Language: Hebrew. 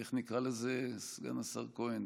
איך נקרא לזה, סגן השר כהן?